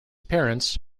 parents